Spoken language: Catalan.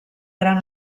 gran